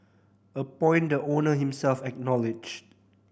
a point the owner himself acknowledged